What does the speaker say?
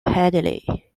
handily